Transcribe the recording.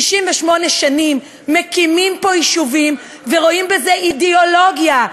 68 שנים מקימים פה יישובים ורואים בזה אידיאולוגיה,